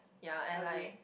ya and like